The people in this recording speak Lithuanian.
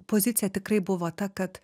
pozicija tikrai buvo ta kad